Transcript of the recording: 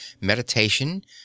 meditation